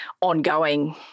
ongoing